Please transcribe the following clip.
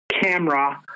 camera